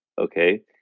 okay